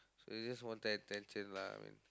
so he just wanted attention lah